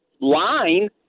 line